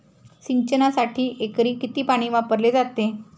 सिंचनासाठी एकरी किती पाणी वापरले जाते?